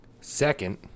Second